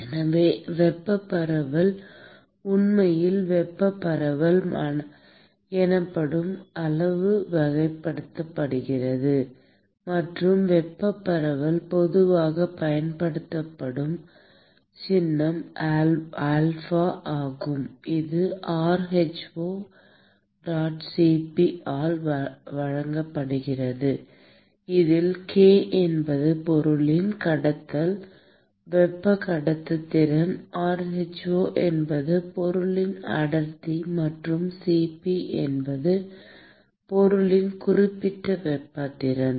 எனவே வெப்ப பரவல் உண்மையில் வெப்ப பரவல் எனப்படும் அளவு வகைப்படுத்தப்படுகிறது மற்றும் வெப்ப பரவல் பொதுவாக பயன்படுத்தப்படும் சின்னம் ஆல்பா ஆகும் இது rhoCp ஆல் வழங்கப்படுகிறது இதில் k என்பது பொருளின் கடத்தல் வெப்ப கடத்துத்திறன் rho என்பது பொருளின் அடர்த்தி மற்றும் Cp என்பது பொருளின் குறிப்பிட்ட வெப்ப திறன்